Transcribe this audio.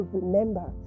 remember